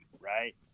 right